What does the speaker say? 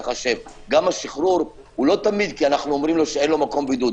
ככה שגם השחרור לא תמיד כי אנחנו אומרים שאין לו מקום בידוד.